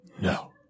No